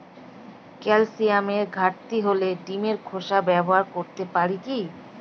ক্যালসিয়ামের ঘাটতি হলে ডিমের খোসা ব্যবহার করতে পারি কি?